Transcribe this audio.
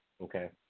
Okay